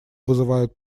вызывают